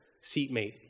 seatmate